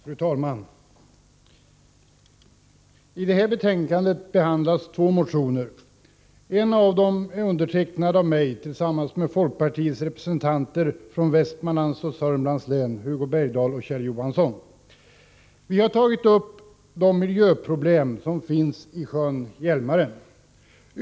Fru talman! I det här betänkandet behandlas två motioner. En av dem är undertecknad av mig tillsammans med folkpartiets representanter från Västmanlands och Södermanlands län, Hugo Bergdahl och Kjell Johansson. Vi har tagit upp de miljöproblem som finns i sjön Hjälmaren.